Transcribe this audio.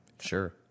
Sure